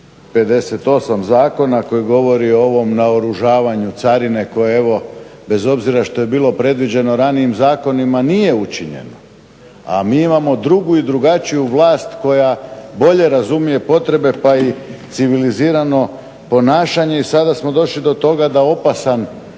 58.zakona koji govori o ovom naoružavanju carine koja evo bez obzira što je bilo predviđeno ranijim zakonima nije učinjeno. A mi imamo drugu i drugačiju vlast koja bolje razumije potrebe pa i civilizirano ponašanje i sada smo došli do toga da opasan